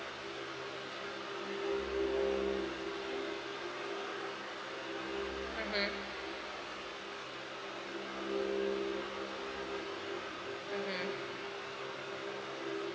mmhmm mmhmm